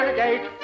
gate